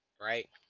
right